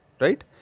Right